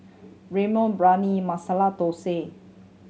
Ramyeon Biryani Masala Dosa